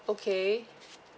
okay